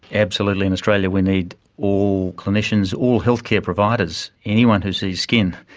absolutely. in australia we need all clinicians, all healthcare providers, anyone who sees skin,